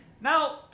Now